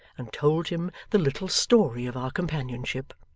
and told him the little story of our companionship.